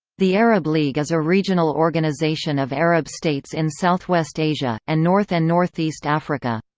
the arab league is a regional organization of arab states in southwest asia, and north and northeast africa.